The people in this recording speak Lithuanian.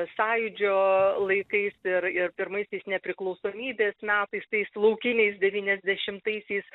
sąjūdžio laikais ir ir pirmaisiais nepriklausomybės metais tais laukiniais devyniasdešimtaisiais